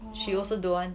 she also don't want